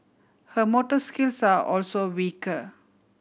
her motor skills are also weaker